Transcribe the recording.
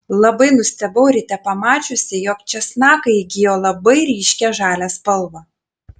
labai nustebau ryte pamačiusi jog česnakai įgijo labai ryškią žalią spalvą